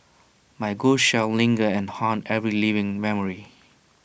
my ghost shall linger and haunt every living memory